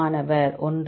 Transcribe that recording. மாணவர் ஒன்று